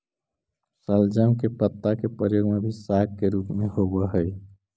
शलजम के पत्ता के प्रयोग भी साग के रूप में होव हई